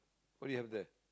why you have that